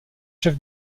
chef